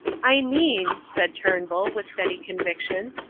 i mean, said turnbull, with steady conviction,